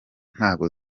ntago